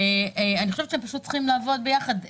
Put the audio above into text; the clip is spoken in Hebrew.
פשוט צריך לעבוד יחד.